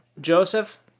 Joseph